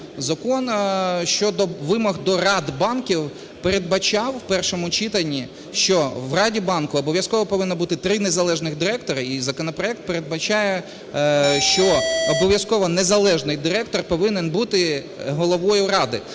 Закон щодо вимог до рад банків передбачав в першому читанні, що в раді банку обов'язково повинно бути три незалежних директори, і законопроект передбачає, що обов'язково незалежний директор повинен бути головою ради